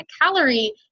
calorie